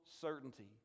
certainty